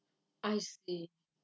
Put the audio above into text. I see